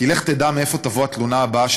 כי לך תדע מאיפה תבוא התלונה הבאה,